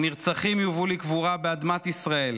הנרצחים יובאו לקבורה באדמת ישראל,